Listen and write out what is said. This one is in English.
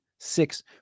Six